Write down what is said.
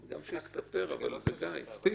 שיהיה כתוב בפרוטוקול.